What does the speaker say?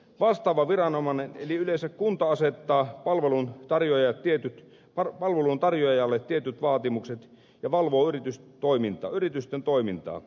vastaava viranomainen eli yleensä kunta asettaa palvelun tarjoajalle tietyt laatuvaatimukset ja valvoo yritysten toimintaa